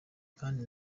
kandi